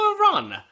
run